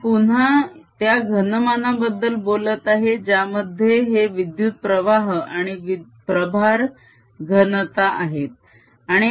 तर मी पुन्हा त्या घनमानाबद्दल बोलत आहे ज्यामध्ये हे विद्युत प्रवाह आणि प्रभार घनता आहेत